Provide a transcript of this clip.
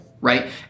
right